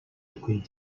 үгүй